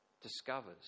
discovers